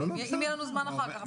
אם יהיה לנו זמן אחר כך.